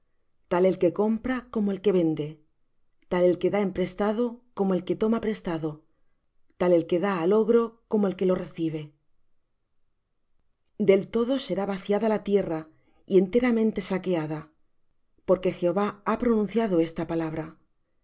tal el que compra como el que vende tal el que da emprestado como el que toma prestado tal el que da á logro como el que lo recibe del todo será vaciada la tierra y enteramente saqueada porque jehová ha pronunciado esta palabra